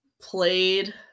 played